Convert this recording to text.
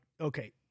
okay